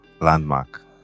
Landmark